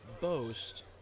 Boast